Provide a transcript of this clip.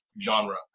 genre